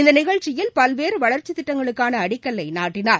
இந்த நிகழ்ச்சியில் பல்வேறு வளர்ச்சித் திட்டங்களுக்கான அடிக்கல்லை நாட்டினார்